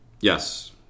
Yes